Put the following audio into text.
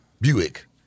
Buick